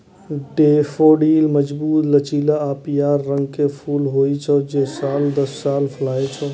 daffodil मजबूत, लचीला आ पीयर रंग के फूल होइ छै, जे साल दर साल फुलाय छै